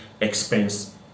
expense